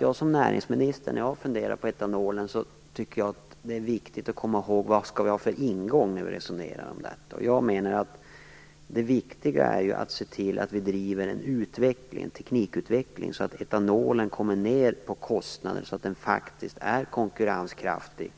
Jag som näringsminister tycker att det är viktigt att komma ihåg vad vi skall ha för ingång när vi resonerar om etanolen. Jag menar att det är viktigt att vi ser till att vi driver en teknikutveckling som gör att kostnaderna för etanolen kommer ned och faktiskt blir konkurrenskraftiga